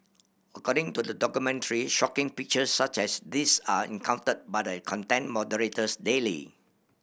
according to the documentary shocking pictures such as these are encountered by the content moderators daily